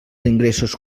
ingressos